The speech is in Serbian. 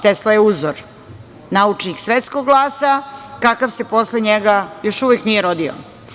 Tesla je uzor, naučnik svetskog glasa kakav se posle njega još uvek nije rodio.